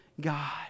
God